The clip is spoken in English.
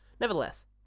Nevertheless